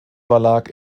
verlag